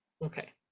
Okay